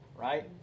right